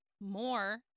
more